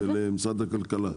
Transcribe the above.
למשרד הכלכלה.